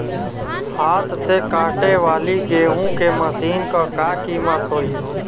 हाथ से कांटेवाली गेहूँ के मशीन क का कीमत होई?